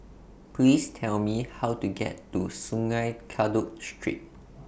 Please Tell Me How to get to Sungei Kadut Street